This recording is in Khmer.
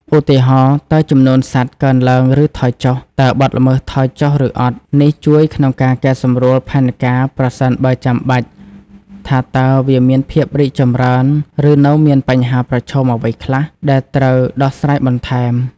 ឧទាហរណ៍ តើចំនួនសត្វកើនឡើង ឬថយចុះ? តើបទល្មើសថយចុះឬអត់? នេះជួយក្នុងការកែសម្រួលផែនការប្រសិនបើចាំបាច់ ថាតើវាមានភាពរីកចម្រើន ឬនៅមានបញ្ហាប្រឈមអ្វីខ្លះ ដែលត្រូវដោះស្រាយបន្ថែម។